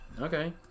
Okay